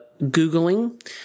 googling